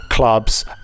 clubs